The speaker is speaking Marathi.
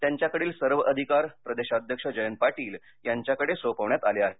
त्यांच्याकडील सर्व अधिकार प्रदेशाध्यक्ष जयंत पाटील यांच्याकडे सोपवण्यात आले आहेत